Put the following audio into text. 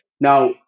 Now